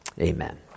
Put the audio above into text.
Amen